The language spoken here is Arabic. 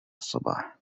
الصباح